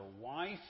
wife